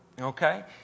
Okay